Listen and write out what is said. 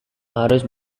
harus